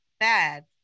bad